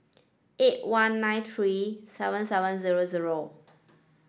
eight one nine three seven seven zero zero